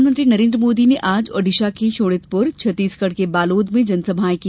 प्रधानमंत्री नरेंद्र मोदी ने आज ओडिसा के शोणितपुर छत्तीसगढ़ के बालोद में जनसभाएं की